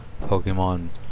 Pokemon